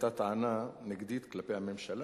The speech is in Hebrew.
היתה טענה נגדית כלפי הממשלה,